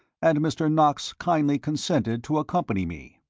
and mr. knox kindly consented to accompany me.